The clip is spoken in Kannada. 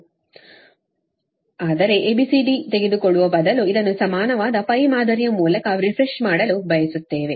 ಆದರೆ A B C D ತೆಗೆದುಕೊಳ್ಳುವ ಬದಲು ಇದನ್ನು ಸಮಾನವಾದ ಮಾದರಿಯ ಮೂಲಕ ರಿಫ್ರೆಶ್ ಮಾಡಲು ಬಯಸುತ್ತೇವೆ